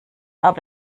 aber